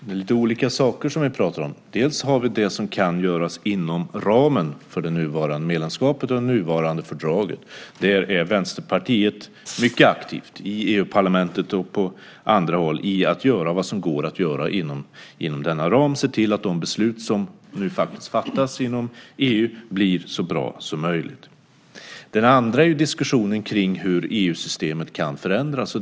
Fru talman! Det är lite olika saker som vi pratar om. Vi har det som kan göras inom ramen för det nuvarande medlemskapet och det nuvarande fördraget. Där är Vänsterpartiet mycket aktivt i EU-parlamentet och på andra håll för att göra vad som går att göra inom denna ram och se till att de beslut som nu fattas inom EU blir så bra som möjligt. Det andra är diskussionen om hur EU-systemet kan förändras.